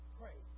pray